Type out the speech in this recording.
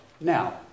Now